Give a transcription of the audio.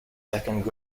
second